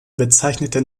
bezeichnete